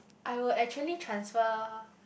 I will actually transfer